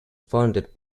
funded